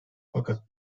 fakat